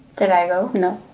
did i go? no.